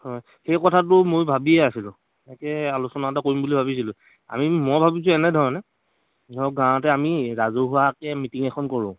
হয় সেই কথাটো মই ভাবিয়ে আছিলোঁ তাকে আলোচনা এটা কৰিম বুলি ভাবিছিলোঁ আমি মই ভাবিছোঁ এনেধৰণে ধৰক গাঁৱতে আমি ৰাজহুৱাকৈ মিটিং এখন কৰোঁ